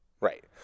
right